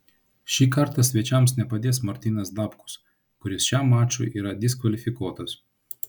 šį kartą svečiams nepadės martynas dapkus kuris šiam mačui yra diskvalifikuotas